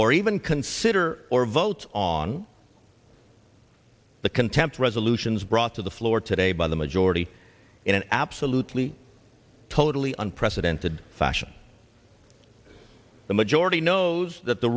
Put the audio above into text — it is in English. or even consider or vote on the contempt resolutions brought to the floor today by the majority in an absolutely totally unprecedented fashion the majority knows that the